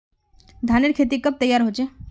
धानेर खेती कब तैयार होचे?